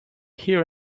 hear